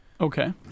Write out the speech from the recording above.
Okay